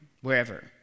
wherever